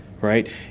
right